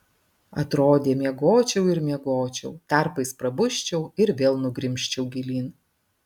atrodė miegočiau ir miegočiau tarpais prabusčiau ir vėl nugrimzčiau gilyn